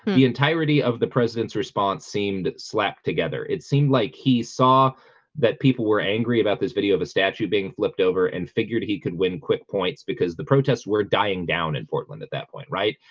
the entirety of the president's response seemed slack together it seemed like he saw that people were angry about this video of a statue being flipped over and figured he could win quick points because the protests were dying down in portland at that point, right?